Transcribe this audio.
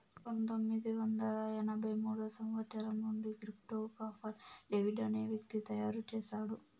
పంతొమ్మిది వందల ఎనభై మూడో సంవచ్చరం నుండి క్రిప్టో గాఫర్ డేవిడ్ అనే వ్యక్తి తయారు చేసాడు